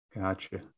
Gotcha